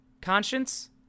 Conscience